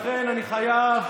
אני חייב,